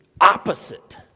opposite